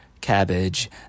Cabbage